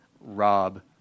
Rob